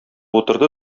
утырды